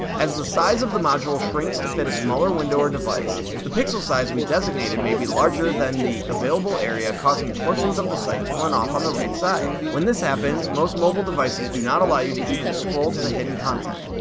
as the size of the module shrinks to fit a smaller window or device the pixel size we designated may be larger than the available area causing portions of the site to run off on the right side. when this happens most mobile devices do not allow you to even scroll to the hidden content.